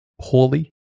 poorly